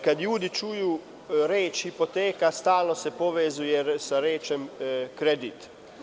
Kada ljudi čuju reč hipoteka, stalno se povezuje sa rečju kredite.